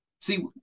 see